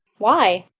why?